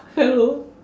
hello